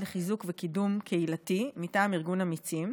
לחיזוק וקידום קהילתי מטעם ארגון אמיצים,